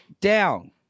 down